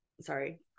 sorry